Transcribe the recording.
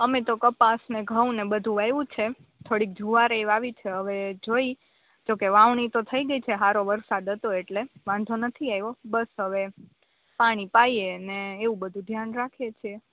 અમે તો કપાસને ઘઉંને બધું વાવ્યું છે થોડીક જુવાર એ વાવી છે હવે જોઈ જોકે વાવણી તો થઈ ગઈ છે હારો વરસાદ હતો એટલે વાંધો નથી આવ્યો બસ હવે પાણી પાઈએને એવું બધું ધ્યાન રાખીએ છે